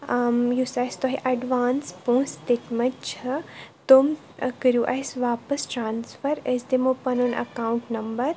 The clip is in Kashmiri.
ٲں یُس اسہِ تۄہہِ ایڈوانٕس پونٛسہٕ دِتمٕتۍ چھِ تِم کٔرِو اسہِ واپَس ٹرانسفر أسۍ دِمو پَنُن اکاونٛٹ نمبر